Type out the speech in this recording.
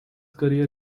career